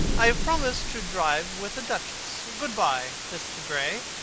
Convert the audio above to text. i have promised to drive with the duchess. good-bye, mr. gray.